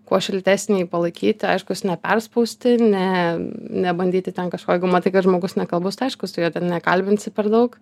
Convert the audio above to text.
kuo šiltesni palaikyti aiškūs neperspausti ir ne nebandyti ten kažko jeigu matai kad žmogus nekalbus tai aiškustu jo ten nekalbinsi per daug